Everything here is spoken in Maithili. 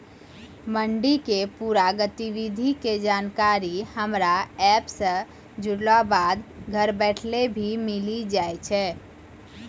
मंडी के पूरा गतिविधि के जानकारी हमरा एप सॅ जुड़ला बाद घर बैठले भी मिलि जाय छै